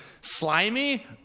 slimy